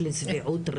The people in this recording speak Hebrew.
יעדים שצריך לעשות,